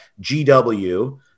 GW